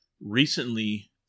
recently